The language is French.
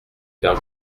père